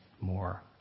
more